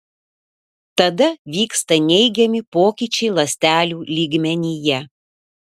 tada vyksta neigiami pokyčiai ląstelių lygmenyje